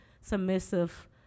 submissive